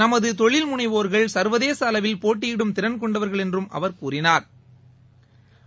நமது தொழில் முனைவோர்கள் சர்வதேச அளவில் போட்டியிடும் திறன் கொண்டவர்கள் என்றம் அவர் கூறினா்